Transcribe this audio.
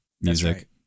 music